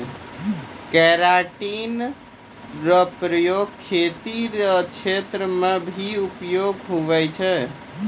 keratin रो प्रयोग खेती रो क्षेत्र मे भी उपयोग हुवै छै